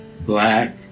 black